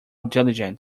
diligent